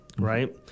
right